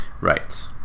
Right